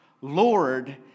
Lord